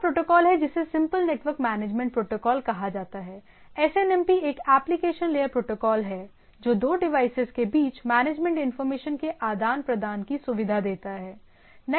एक और प्रोटोकॉल है जिसे सिंपल नेटवर्क मैनेजमेंट प्रोटोकॉल कहा जाता है एसएनएमपी एक एप्लीकेशन लेयर प्रोटोकॉल है जो दो डिवाइसेज के बीच मैनेजमेंट इनफार्मेशन के आदान प्रदान की सुविधा देता है